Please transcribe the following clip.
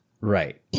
right